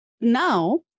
now